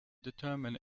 determine